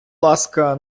ласка